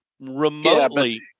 remotely